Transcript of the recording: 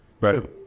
Right